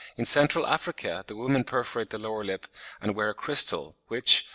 in central africa the women perforate the lower lip and wear a crystal, which,